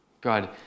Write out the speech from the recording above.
God